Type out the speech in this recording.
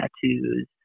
tattoos